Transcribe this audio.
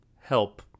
Help